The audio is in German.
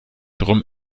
drum